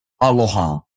aloha